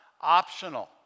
optional